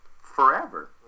forever